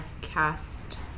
cast